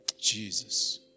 Jesus